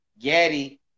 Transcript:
Gaddy